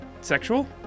sexual